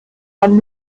man